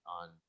on